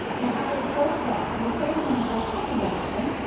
now how to approach them. you say things like tell me what happened?